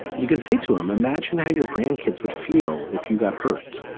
you can say to him, imagine how your grandkids would feel if you got hurt.